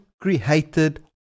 created